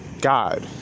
God